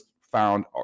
found